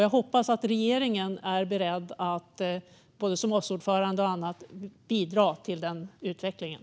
Jag hoppas att regeringen, både som OSSE-ordförande och annat, är beredd att bidra till den utvecklingen.